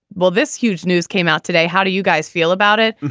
well, this huge news came out today. how do you guys feel about it?